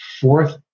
fourth